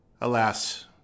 Alas